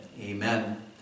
Amen